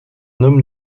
homme